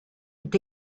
est